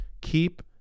Keep